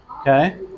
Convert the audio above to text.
okay